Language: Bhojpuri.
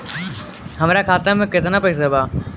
हमार खाता में केतना पैसा बा?